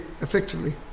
effectively